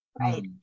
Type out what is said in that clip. Right